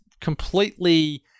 completely